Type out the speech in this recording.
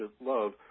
love